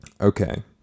Okay